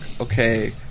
okay